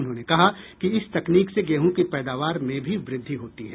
उन्होंने कहा कि इस तकनीक से गेहूँ की पैदावार में भी वृद्धि होती है